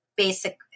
basic